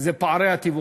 זה פערי התיווך.